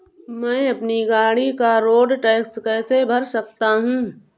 मैं अपनी गाड़ी का रोड टैक्स कैसे भर सकता हूँ?